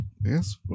Yes